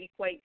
equates